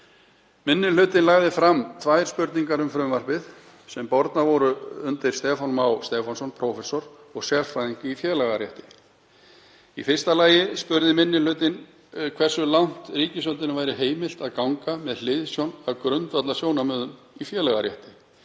„Minni hlutinn lagði fram tvær spurningar um frumvarpið sem bornar voru undir Stefán Má Stefánsson, prófessor og sérfræðing í félagarétti. Í fyrsta lagi spurði minni hlutinn hversu langt ríkisvaldinu væri heimilt að ganga með hliðsjón af grundvallarsjónarmiðum í félagarétti